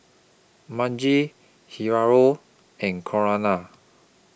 Margie Hilario and Corinna